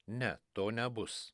ne to nebus